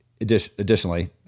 Additionally